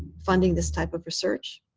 funding this type of research.